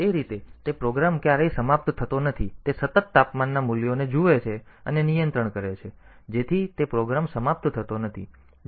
તેથી તે રીતે તે પ્રોગ્રામ ક્યારેય સમાપ્ત થતો નથી જેથી તે સતત તાપમાનના મૂલ્યોને જુએ છે અને નિયંત્રણ કરે છે જેથી તે પ્રોગ્રામ સમાપ્ત થતો નથી